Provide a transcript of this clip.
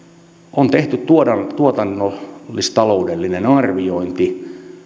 on tehty tuotannollis taloudellinen arviointi